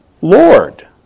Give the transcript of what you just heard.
Lord